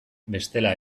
bestela